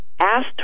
asked